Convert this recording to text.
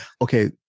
Okay